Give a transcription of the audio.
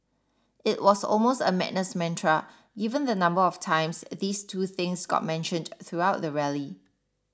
it was almost a madness mantra given the number of times these two things got mentioned throughout the rally